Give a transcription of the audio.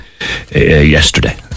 yesterday